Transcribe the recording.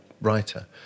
writer